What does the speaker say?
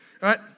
right